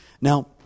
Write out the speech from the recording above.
Now